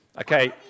Okay